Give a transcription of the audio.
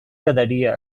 quedaria